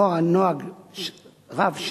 לאור הנוהג רב-השנים,